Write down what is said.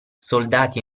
soldati